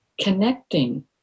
connecting